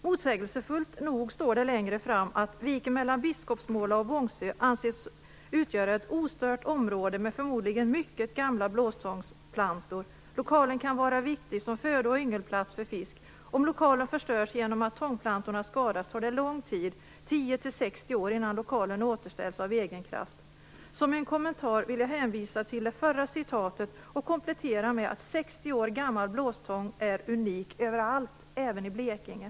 Motsägelsefullt nog står det längre fram att viken mellan Biskopsmåla och Vångsö anses utgöra ett ostört område med förmodligen mycket gamla blåstångsplantor. Lokalen kan vara viktig som födo och yngelplats för fisk. Om lokalen förstörs genom att tångplantorna skadas tar det lång tid, 10-60 år, innan lokalen återställs av egen kraft. Som en kommentar vill jag hänvisa till det förra citatet och komplettera med att säga att 60 år gammal blåstång är unik överallt, även i Blekinge.